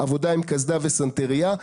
עבודה עם קסדה וסנטריה.